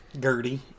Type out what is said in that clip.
Gertie